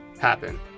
happen